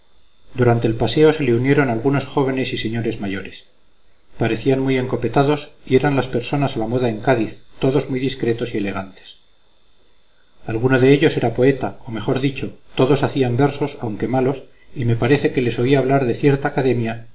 durante el paseo se le unieron algunos jóvenes y señores mayores parecían muy encopetados y eran las personas a la moda en cádiz todos muy discretos y elegantes alguno de ellos era poeta o mejor dicho todos hacían versos aunque malos y me parece que les oí hablar de cierta academia